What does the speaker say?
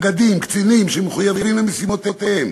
נגדים וקצינים שמחויבים למשימותיהם